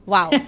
Wow